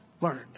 learned